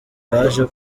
baje